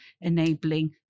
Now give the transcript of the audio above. enabling